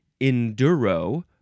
enduro